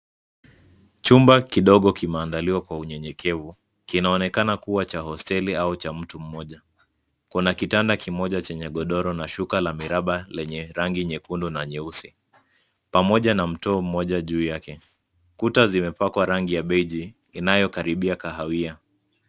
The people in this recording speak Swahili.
Chumba kidogo kime andaliwa kwa unyenyekevu kinaonekana kuwa cha hosteli au cha mtu mmoja kuna kitanda kimoja chenye godoro na shuka la miraba lenye rangi nyekundu na nyeusi pamoja na mto mmoja juu yake. Kuta zimepakwa rangi ya beige inayo karibia kahawia.